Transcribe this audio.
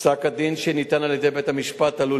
פסק-הדין שניתן על-ידי בית-המשפט עלול